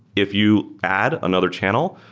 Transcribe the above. if you add another channel,